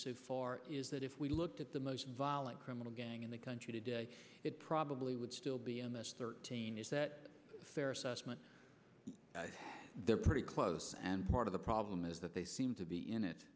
so far is that if we looked at the most violent criminal gang in the country today it probably would still be in this thirteen is that fair assessment they're pretty close and part of the problem is that they seem to be in it